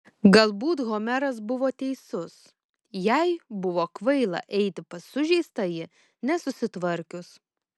galbūt homeras buvo teisus jai buvo kvaila eiti pas sužeistąjį nesusitvarkius